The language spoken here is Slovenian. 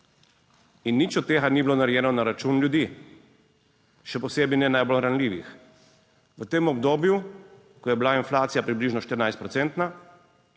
in nič od tega ni bilo narejeno na račun ljudi, še posebej ne najbolj ranljivih. V tem obdobju, ko je bila inflacija približno 14